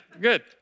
good